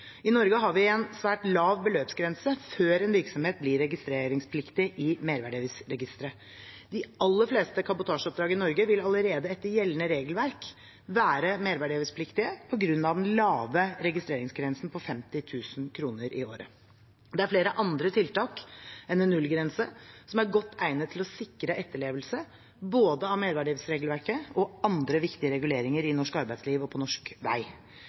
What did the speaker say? I Norge har vi en svært lav beløpsgrense før en virksomhet blir registreringspliktig i merverdiavgiftsregisteret. De aller fleste kabotasjeoppdrag i Norge vil allerede etter gjeldende regelverk være merverdiavgiftspliktige på grunn av den lave registreringsgrensen på 50 000 kr i året. Det er flere andre tiltak enn en nullgrense som er godt egnet til å sikre etterlevelse – av både merverdiavgiftsregelverket og andre viktige reguleringer i norsk arbeidsliv og på norsk vei.